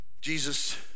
Jesus